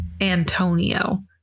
Antonio